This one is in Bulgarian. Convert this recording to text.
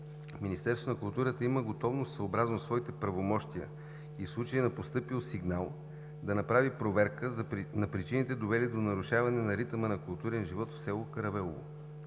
Министерството на културата има готовност съобразно своите правомощия и в случай на постъпил сигнал да направи проверка на причините, довели до нарушаване на ритъма на културен живот в село Каравелово.